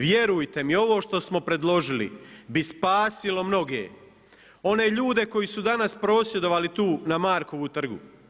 Vjerujte mi ovo što smo predložili bi spasilo mnoge, one ljude koji su danas prosvjedovali danas tu na Markovu trgu.